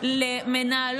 בינתיים יש גם עננה על